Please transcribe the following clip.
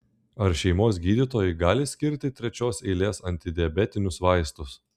ar šeimos gydytojai gali skirti trečios eilės antidiabetinius vaistus